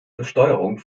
besteuerung